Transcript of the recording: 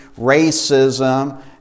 racism